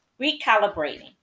recalibrating